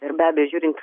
ir be abejo žiūrint